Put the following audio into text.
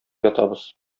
ятабыз